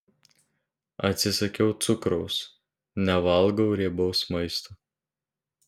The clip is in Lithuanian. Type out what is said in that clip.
atsisakiau cukraus nevalgau riebaus maisto